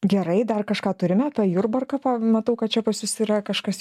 gerai dar kažką turime apie jurbarką pa matau kad čia pas jus yra kažkas